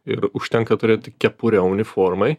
ir užtenka turėti kepurę uniformai